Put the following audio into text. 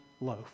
loaf